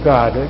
God